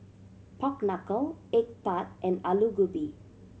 pork knuckle egg tart and Aloo Gobi